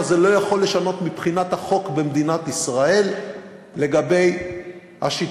אבל זה לא יכול לשנות מבחינת החוק במדינת ישראל לגבי השיטה.